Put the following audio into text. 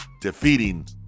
defeating